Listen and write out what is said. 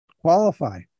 qualify